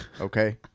Okay